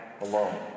alone